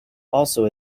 also